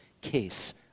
Case